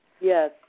Yes